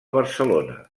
barcelona